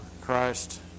Christ